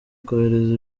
kohereza